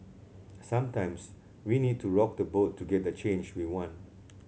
sometimes we need to rock the boat to get the change we want